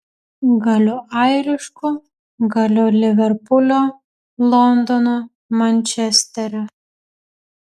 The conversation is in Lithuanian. galiu airišku galiu liverpulio londono mančesterio